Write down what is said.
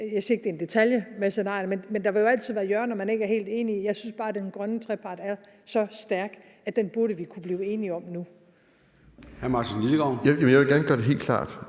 jeg siger ikke, at det med scenarier er en detalje – hvor man ikke er helt enige. Jeg synes bare, at den grønne trepart er så stærk, at den burde vi kunne blive enige om nu.